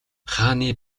хааны